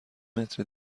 متر